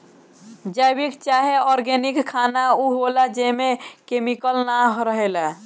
जैविक चाहे ऑर्गेनिक खाना उ होला जेमे केमिकल ना रहेला